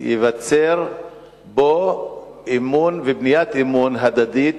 ייווצרו בו אמון ובניית אמון הדדית